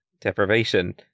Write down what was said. deprivation